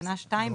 תקנה 2,